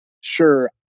sure